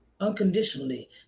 unconditionally